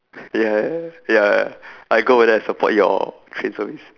ya ya ya I go over there and support your train service